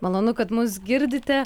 malonu kad mus girdite